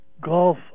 golf